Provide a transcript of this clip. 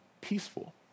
peaceful